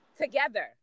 Together